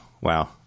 wow